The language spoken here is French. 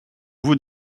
vous